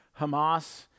Hamas